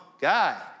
guy